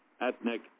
ethnic